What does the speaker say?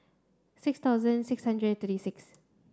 six thousand six hundred thirty six